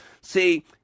See